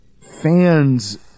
Fans